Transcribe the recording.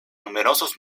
numerosos